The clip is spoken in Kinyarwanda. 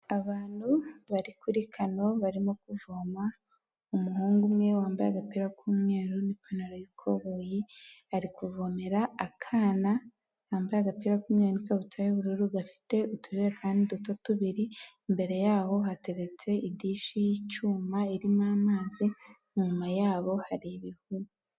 Abantu bari kuri kano barimo kuvoma, umuhungu umwe wambaye agapira k'umweru n'ipantaro y'ikoboyi ari kuvomera akana kambaye agapira k'umweru n' ikabutura y'ubururu gafite utujerekani duto tubiri imbere yaho hateretse idishi y'icyuma irimo amazi inyuma yabo hari ibihuru.